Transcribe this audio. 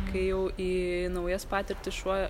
kai jau į naujas patirtis šuo